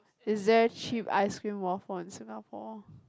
is there a cheap ice cream waffle in Singapore